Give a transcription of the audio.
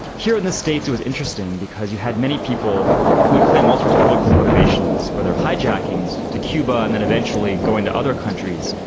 here in the states it was interesting because you had many people who would claim all sorts of political motivations for their hijackings to cuba and then eventually going to other countries,